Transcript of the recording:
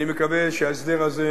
אני מקווה שההסדר הזה